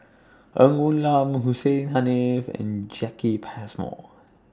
Ng Woon Lam Hussein Haniff and Jacki Passmore